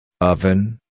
Oven